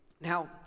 Now